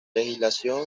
legislación